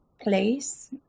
place